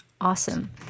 Awesome